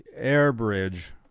AirBridge